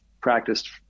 practiced